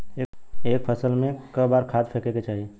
एक फसल में क बार खाद फेके के चाही?